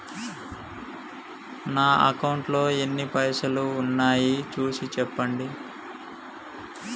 నా అకౌంట్లో ఎన్ని పైసలు ఉన్నాయి చూసి చెప్పండి?